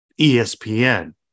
ESPN